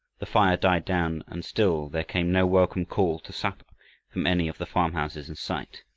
the fire died down, and still there came no welcome call to supper from any of the farmhouses in sight.